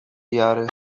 jary